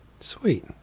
sweet